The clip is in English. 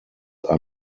are